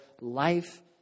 Life